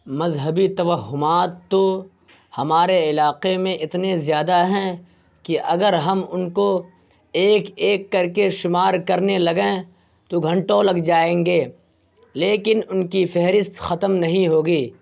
مذہبی توہمات تو ہمارے علاقے میں اتنے زیادہ ہیں کہ اگر ہم ان کو ایک ایک کر کے شمار کرنے لگیں تو گھنٹوں لگ جائیں گے لیکن ان کی فہرست ختم نہیں ہوگی